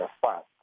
fast